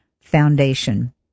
Foundation